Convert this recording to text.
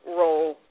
role